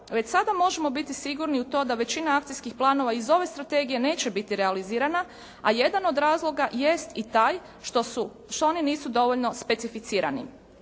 Već sada možemo biti sigurni u to da većina akcijskih planova iz ove strategije neće biti realizirana a jedan od razloga jest i taj što su, što oni nisu dovoljno specificirani.